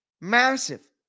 Massive